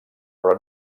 però